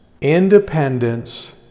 Independence